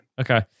Okay